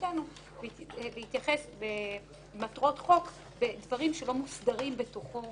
מבחינתנו להתייחס במטרות חוק למספרים שלא מוסדרים בתוכו